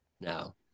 now